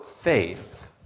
faith